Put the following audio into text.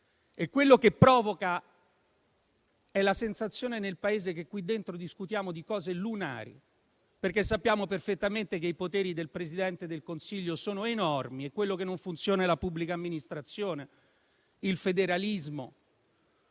Quello che provoca è la sensazione nel Paese che in queste Aule discutiamo di cose lunari, perché sappiamo perfettamente che i poteri del Presidente del Consiglio sono enormi e le cose che non funzionano sono la pubblica amministrazione, il federalismo